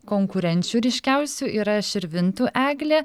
konkurenčių ryškiausių yra širvintų eglė